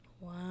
Wow